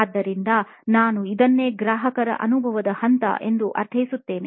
ಆದ್ದರಿಂದ ನಾನು ಇದನ್ನೇ ಗ್ರಾಹಕರ ಅನುಭವದ ಹಂತ ಎಂದು ಅರ್ಥೈಸುತ್ತೇನೆ